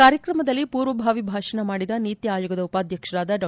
ಕಾರ್ಯಕ್ರಮದಲ್ಲಿ ಪೂರ್ವಭಾವಿ ಭಾಷಣ ಮಾಡಿದ ನೀತಿ ಆಯೋಗದ ಉಪಾಧ್ಯಕ್ಷರಾದ ಡಾ